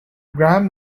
graham